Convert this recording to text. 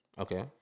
Okay